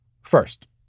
First